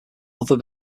other